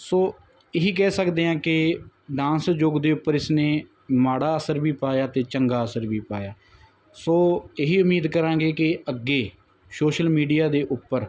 ਸੋ ਇਹੀ ਕਹਿ ਸਕਦੇ ਹਾਂ ਕਿ ਡਾਂਸ ਯੁੱਗ ਦੇ ਉੱਪਰ ਇਸਨੇ ਮਾੜਾ ਅਸਰ ਵੀ ਪਾਇਆ ਅਤੇ ਚੰਗਾ ਅਸਰ ਵੀ ਪਾਇਆ ਸੋ ਇਹੀ ਉਮੀਦ ਕਰਾਂਗੇ ਕਿ ਅੱਗੇ ਸੋਸ਼ਲ ਮੀਡੀਆ ਦੇ ਉੱਪਰ